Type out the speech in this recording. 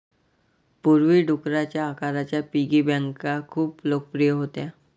पूर्वी, डुकराच्या आकाराच्या पिगी बँका खूप लोकप्रिय होत्या